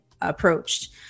approached